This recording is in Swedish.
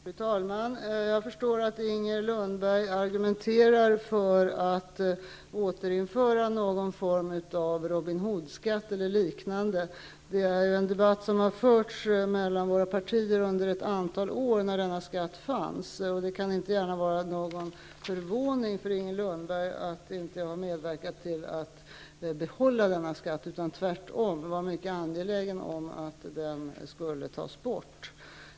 Fru talman! Jag förstår att Inger Lundberg argumenterar för att återinföra någon form av Robin Hood-skatt eller liknande. Det är en debatt som har förts mellan våra partier under ett antal år när denna skatt fanns. Det kan inte gärna vara förvånande för Inger Lundberg att jag inte har medverkat till att behålla denna skatt, utan tvärtom varit mycket angelägen om att den skulle tas bort.